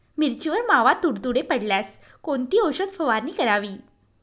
मिरचीवर मावा, तुडतुडे पडल्यास कोणती औषध फवारणी करावी?